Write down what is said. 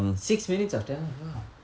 six minutes of tamil lah